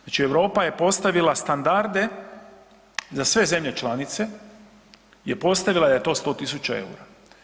Znači Europa je postavila standarde za sve zemlje članice je postavila da je to 100.000 eura.